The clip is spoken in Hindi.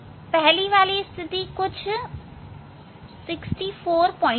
पहले वाली स्थिति कुछ 64 पॉइंट है